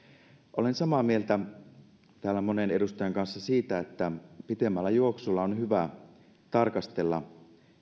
olen samaa mieltä täällä monen edustajan kanssa siitä että pitemmällä juoksulla on hyvä tarkastella